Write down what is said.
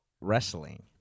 wrestling